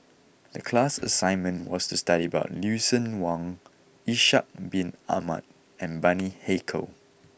the class assignment was to study about Lucien Wang Ishak Bin Ahmad and Bani Haykal